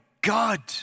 God